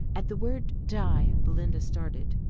at the word die, belinda started.